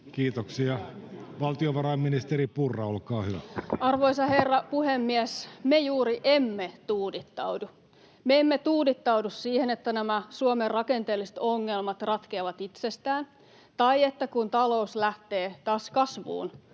Harkimo liik) Time: 16:35 Content: Arvoisa herra puhemies! Me juuri emme tuudittaudu. Me emme tuudittaudu siihen, että nämä Suomen rakenteelliset ongelmat ratkeavat itsestään tai että kun talous lähtee taas kasvuun,